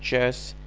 just.